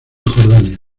jordania